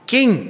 King